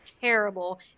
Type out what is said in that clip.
terrible